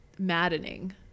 maddening